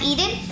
Eden